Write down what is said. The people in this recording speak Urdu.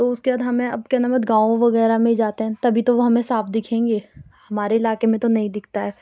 تو اُس بعد اب ہمیں اب کیا نام ہے گاؤں وغیرہ میں جاتے ہیں تبھی تو ہمیں صاف دکھیں گے ہمارے علاقے میں تو نہیں دکھتا ہے